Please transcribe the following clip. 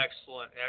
Excellent